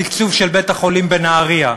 בתקצוב של בית-החולים בנהרייה,